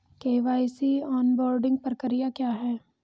KYC onboarding प्रक्रिया क्या है?